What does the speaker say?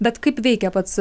bet kaip veikia pats